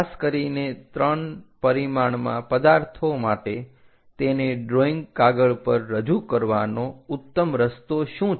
ખાસ કરીને 3D પદાર્થો માટે તેને ડ્રોઈંગ કાગળ પર રજૂ કરવાનો ઉત્તમ રસ્તો શું છે